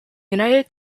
united